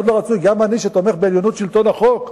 גם אני, שתומך בעליונות שלטון החוק,